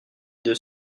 deux